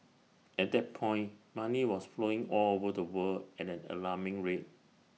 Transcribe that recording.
at that point money was flowing all over the world at an alarming rate